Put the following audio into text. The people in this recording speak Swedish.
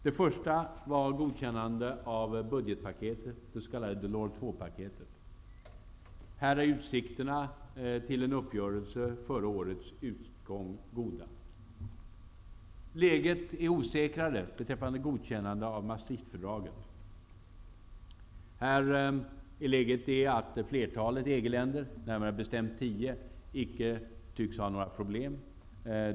Det första var godkännande av budgetpaketet, det s.k. Delors II-paketet. Här är utsikterna till en uppgörelse före årets utgång goda. Läget är osäkrare beträffande godkännande av Maastrichtfördraget. Här är läget det att flertalet EG-länder, närmare bestämt tio, icke tycks ha några problem.